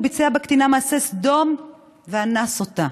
הוא ביצע בקטינה מעשה סדום ואנס אותה.